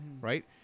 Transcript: Right